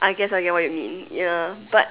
I guess I get what you mean ya but